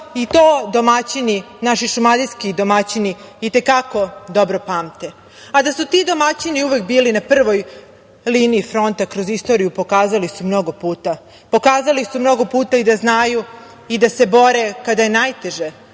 To naši šumadijski domaćini i te kako dobro pamte. Da su ti domaćini uvek bili na prvoj liniji fronta kroz istoriju pokazali su mnogo puta. Pokazali su mnogo puta i da znaju i da se bore kada je najteže,